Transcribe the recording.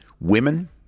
women